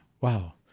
wow